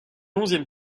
onzième